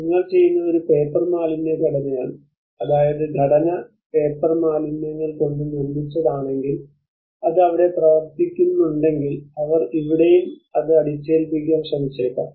നിങ്ങൾ ചെയ്യുന്നത് ഒരു പേപ്പർ മാലിന്യ ഘടനയാണ് അതായത് ഘടന പേപ്പർ മാലിന്യങ്ങൾ കൊണ്ട് നിർമ്മിച്ചതാണെങ്കിൽ അത് അവിടെ പ്രവർത്തിക്കുന്നുണ്ടെങ്കിൽ അവർ ഇവിടെയും ഇത് അടിച്ചേൽപ്പിക്കാൻ ശ്രമിച്ചേക്കാം